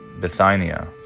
Bithynia